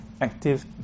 active